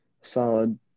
solid